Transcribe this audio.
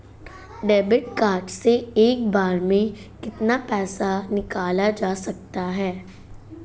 Debit card से एक बार में कितना पैसा निकाला जा सकता है?